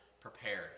prepared